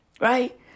Right